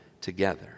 together